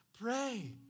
pray